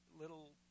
little